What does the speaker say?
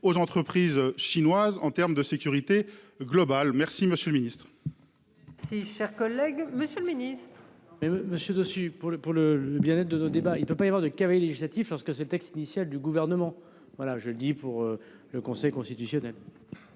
aux entreprises chinoises en terme de sécurité globale. Merci monsieur le ministre. Si cher collègue, Monsieur le Ministre. Mais Monsieur dessus pour le pour le bien-être de nos débats. Il peut pas y avoir de cavaliers législatifs, parce que c'est le texte initial du gouvernement, voilà je le dis pour le Conseil constitutionnel.